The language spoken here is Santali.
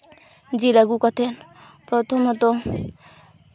ᱡᱤᱞ ᱟᱹᱜᱩ ᱠᱟᱛᱮᱫ ᱯᱨᱚᱛᱷᱚᱢᱚᱛᱚ